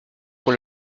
pour